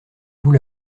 vous